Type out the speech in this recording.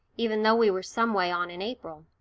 even though we were some way on in april.